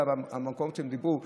המקומות שדיברו עליהם,